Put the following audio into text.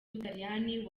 butaliyani